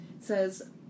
says